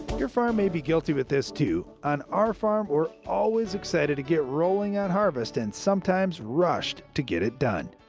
your farm may be guilty with this, too. on our farm, we're always excited to get rolling on harvest and sometimes rushed to get it done.